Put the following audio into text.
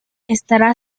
estará